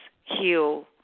heal